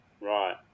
Right